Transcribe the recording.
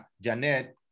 Janet